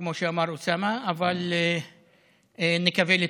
וכמו שאמר אוסאמה, אבל נקווה לטוב.